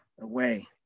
away